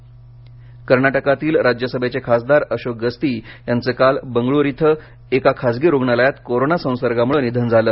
खासदार निधन कर्नाटकातील राज्यसभेचे खासदार अशोक गस्ती याचं काल बंगळूर इथं एका खासगी रुग्णालयात कोरोना संसर्गामुळं निधन झालं